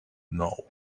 know